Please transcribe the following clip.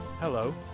Hello